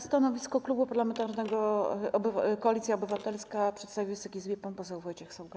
Stanowisko Klubu Parlamentarnego Koalicja Obywatelska przedstawi Wysokiej Izbie pan poseł Wojciech Saługa.